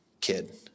kid